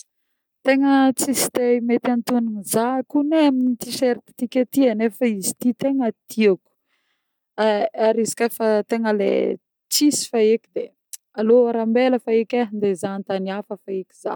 Tegna tsisy taille mety antognony zah kony e amin'ny t-shirt ty akety ty e, nefa izy ty tegna tieko, ary ary izy koà le tegna le tsisy feky e, alô ara ambela feky, andeha hizaha an-tany hafa feky zah.